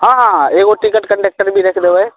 हॅं हॅं एगो टिकट कण्डक्टर भी राखि दबै